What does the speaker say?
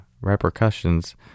repercussions